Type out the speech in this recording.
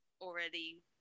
already